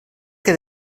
que